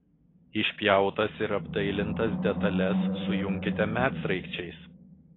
išpjautas ir apdailintas detales sujunkite medsraigčiais